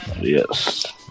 yes